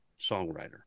songwriter